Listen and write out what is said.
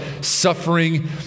suffering